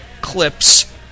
Clips